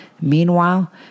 Meanwhile